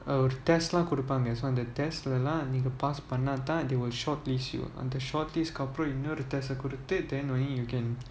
err test lah கொடுப்பாங்க:kodupaanga the test lah நீங்க:neenga pass பண்ணதான்:panna thaan they will shortlist you on the short list அப்புறம்இன்னொரு:apuram innoru then only you can